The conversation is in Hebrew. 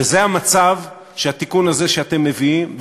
וזה המצב שהתיקון הזה שאתם מביאים,